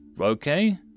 okay